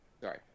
Sorry